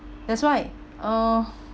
that's why uh